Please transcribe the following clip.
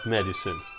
Medicine